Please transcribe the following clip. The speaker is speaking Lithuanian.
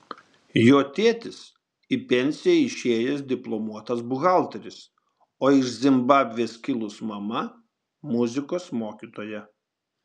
jo tėtis į pensiją išėjęs diplomuotas buhalteris o iš zimbabvės kilus mama muzikos mokytoja